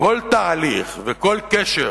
כל תהליך וכל קשר